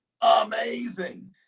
amazing